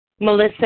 Melissa